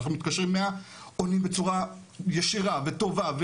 אנחנו מתקשרים 100 עונים בצורה ישירה וטובה.